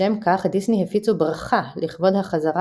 לשם כך דיסני הפיצו ברכה לכבוד החזרה